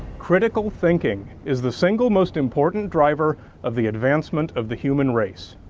critical thinking is the single most important driver of the advancement of the human race.